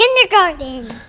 Kindergarten